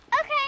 Okay